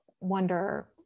wonder